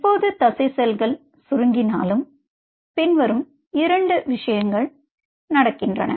எப்போது தசை செல்கள் சுருங்கினாலும் பின்வரும் இரண்டு விஷயங்கள் நடக்கின்றன